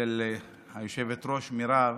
אצל היושבת-ראש מירב